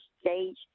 stage